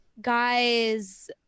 guys